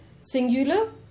singular